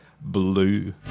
Blue